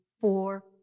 four